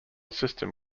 system